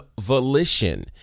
volition